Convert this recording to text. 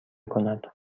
کند